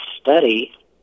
study